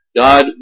God